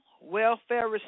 Welfare